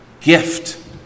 gift